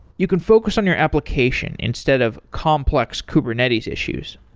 you can focus on your application instead of complex kubernetes issues.